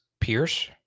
Pierce